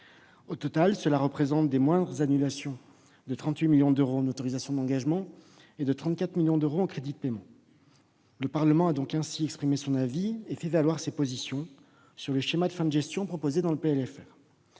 Au total, cela représente 38 millions d'euros de moindres annulations en autorisations d'engagement et 34 millions d'euros en crédits de paiement. Le Parlement a donc ainsi exprimé son avis et fait valoir ses positions sur le schéma de fin de gestion proposé dans le